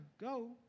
go